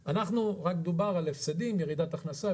דובר על הפסדים, על ירידת הכנסה.